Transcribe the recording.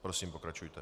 Prosím, pokračujte.